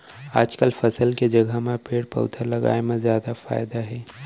आजकाल फसल के जघा म पेड़ पउधा लगाए म जादा फायदा हे